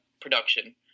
production